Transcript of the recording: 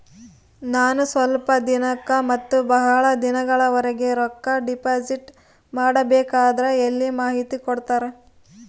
ನಾನು ಸ್ವಲ್ಪ ದಿನಕ್ಕ ಮತ್ತ ಬಹಳ ದಿನಗಳವರೆಗೆ ರೊಕ್ಕ ಡಿಪಾಸಿಟ್ ಮಾಡಬೇಕಂದ್ರ ಎಲ್ಲಿ ಮಾಹಿತಿ ಕೊಡ್ತೇರಾ?